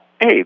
hey